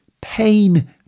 pain